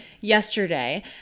yesterday